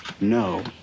No